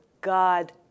God